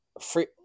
free